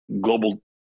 global